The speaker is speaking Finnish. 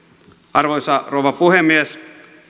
arvoisa rouva puhemies